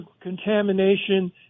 contamination